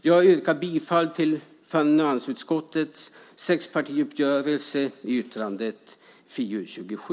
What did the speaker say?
Jag yrkar bifall till finansutskottets sexpartiuppgörelse i betänkandet FiU27.